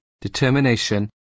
determination